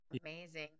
Amazing